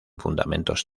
fundamentos